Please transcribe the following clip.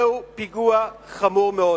זהו פיגוע חמור מאוד.